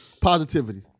Positivity